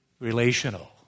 relational